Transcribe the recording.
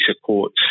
support